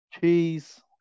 Cheese